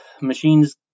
machines